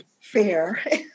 fair